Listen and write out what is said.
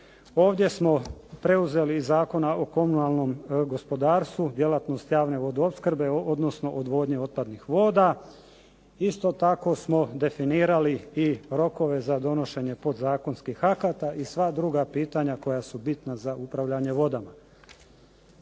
Ovdje smo preuzeli iz Zakona o komunalnom gospodarstvu djelatnost javne vodoopskrbe, odnosno odvodnje otpadnih voda. Isto tako smo definirali i rokove za donošenje podzakonskih akata i sva druga pitanja koja su bitna za upravljanje vodama.